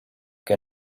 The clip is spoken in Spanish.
que